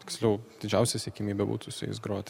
tiksliau didžiausia siekiamybė būtų su jais groti